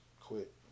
quit